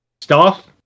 staff